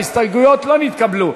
ההסתייגויות לא נתקבלו.